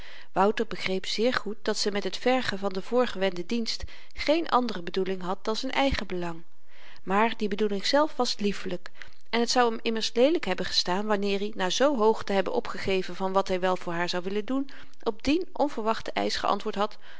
wouter begreep zeer goed dat ze met het vergen van den voorgewenden dienst geen andere bedoeling had dan z'n eigen belang maar die bedoeling zelf was liefelyk en t zou hem immers leelyk hebben gestaan wanneer i na z hoog te hebben opgegeven van wat hy wel voor haar zou willen doen op dien onverwachten eisch geantwoord had